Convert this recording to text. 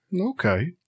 Okay